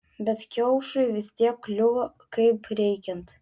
bet kiaušui vis tiek kliuvo kaip reikiant